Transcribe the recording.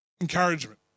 Encouragement